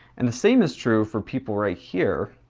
and the same is true for people right here.